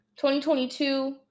2022